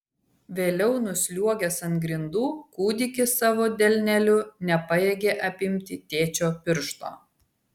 vėliau nusliuogęs ant grindų kūdikis savo delneliu nepajėgė apimti tėčio piršto